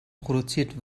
produziert